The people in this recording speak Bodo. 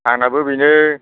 आंनाबो बेनो